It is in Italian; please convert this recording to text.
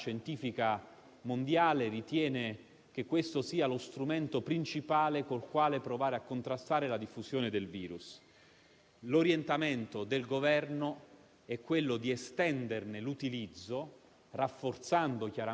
è fondamentale l'uso della mascherina, che è la prima arma che abbiamo per contrastare il virus. La seconda regola fondamentale, come sapete benissimo, è quella che riguarda il distanziamento